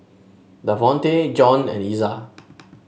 Davonte John and Iza